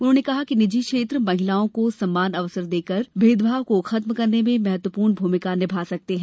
उन्होंने कहा कि निजी क्षेत्र महिलाओं को समान अवसर देकर इस भेदभाव को खत्म करने में प्रमुख भूमिका निभा सकते हैं